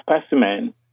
specimen